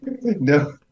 No